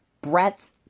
Brett